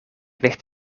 ligt